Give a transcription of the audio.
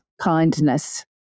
Kindness